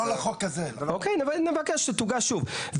אוקיי, נבקש שתוגש שוב.